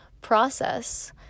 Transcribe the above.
process